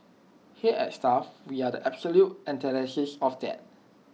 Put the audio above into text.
here at stuff we are the absolute antithesis of that